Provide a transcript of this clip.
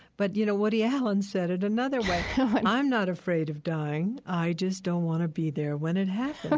but you know, woody allen said it another i'm not afraid of dying. i just don't want to be there when it happens.